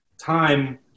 time